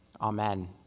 amen